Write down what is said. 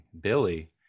Billy